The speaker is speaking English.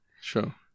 Sure